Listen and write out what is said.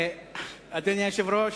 אדוני היושב-ראש,